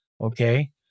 Okay